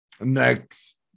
Next